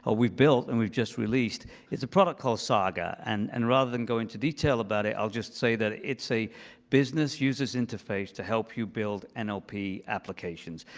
ah we've built, and we've just released, is a product called saga. and and rather than go into detail about it, i'll just say that it's a business users interface to help you build and ah nlp applications.